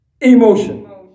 emotion